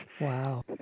Wow